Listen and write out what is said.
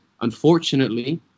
unfortunately